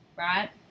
right